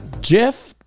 Jeff